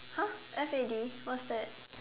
!huh! F A D what's that